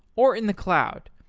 or in the cloud.